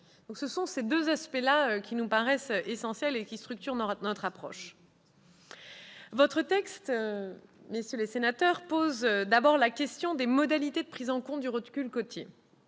Tels sont les deux aspects qui nous paraissent essentiels et qui structurent notre approche. Votre texte, messieurs les sénateurs, pose donc la question des modalités de prise en compte du recul côtier.